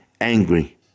angry